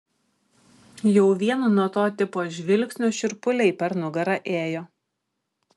jau vien nuo to tipo žvilgsnio šiurpuliai per nugarą ėjo